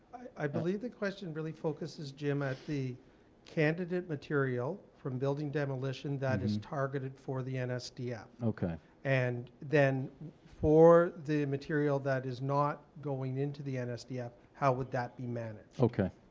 i believe the question really focuses jim, at the candidate material from building demolition that is targeted for the nsdf, and then for the material that is not going into the nsdf, how would that be managed? okay,